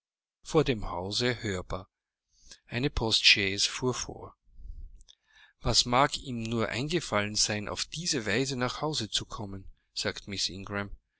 vor dem hause hörbar eine postchaise fuhr vor was mag ihm nur eingefallen sein auf diese weise nach hause zu kommen sagte